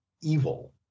evil